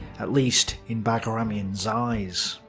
at least in bagramian's eyes.